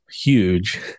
huge